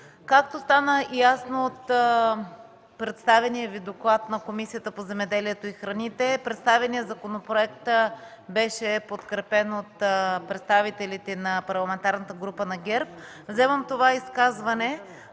Както стана ясно от доклада на Комисията по земеделието и храните, представеният законопроект беше подкрепен от представителите на Парламентарната група на ГЕРБ. Вземам това изказване,